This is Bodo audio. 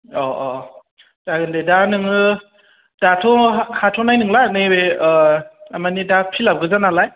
औ औ औ जागोन दे दा नोङो दाथ' हाथ'नाय नंला नैबे मानि दा फिलाबगोजा नालाय